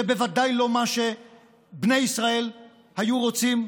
זה בוודאי לא מה שבני ישראל היו רוצים.